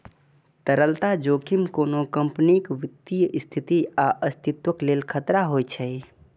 तरलता जोखिम कोनो कंपनीक वित्तीय स्थिति या अस्तित्वक लेल खतरा होइ छै